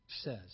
says